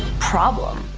problem.